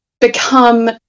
become